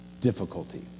difficulty